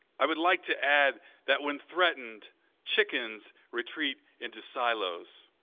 i would like to add that when threatened chickens retreat into silos.